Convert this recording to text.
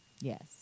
Yes